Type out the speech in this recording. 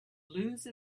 lose